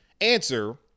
answer